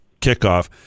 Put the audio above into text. kickoff